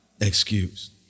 excuse